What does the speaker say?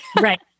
right